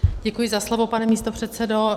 Děkuji za slovo, pane místopředsedo.